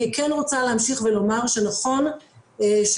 אני כן רוצה להמשיך ולומר שנכון שבתחילת